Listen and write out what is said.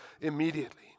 immediately